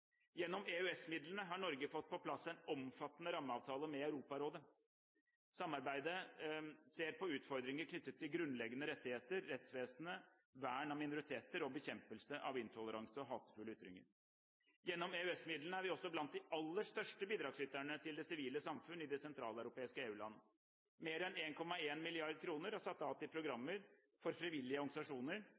Gjennom EØS-midlene har Norge fått på plass en omfattende rammeavtale med Europarådet. I samarbeidet ser vi på utfordringer knyttet til grunnleggende rettigheter, rettsvesenet, vern av minoriteter og bekjempelse av intoleranse og hatefulle ytringer. Gjennom EØS-midlene er vi også blant de aller største bidragsyterne til det sivile samfunn i de sentraleuropeiske EU-landene. Mer enn 1,1 mrd. kr er satt av til programmer for frivillige organisasjoner